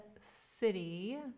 city